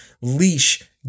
leash